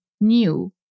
new